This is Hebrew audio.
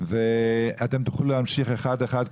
אתם תוכלו להמשיך אחד-אחד.